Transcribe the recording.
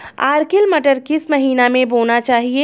Arkel मटर किस महीना में बोना चाहिए?